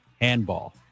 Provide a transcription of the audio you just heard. handball